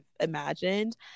imagined